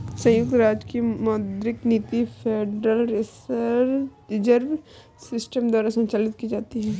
संयुक्त राज्य की मौद्रिक नीति फेडरल रिजर्व सिस्टम द्वारा संचालित की जाती है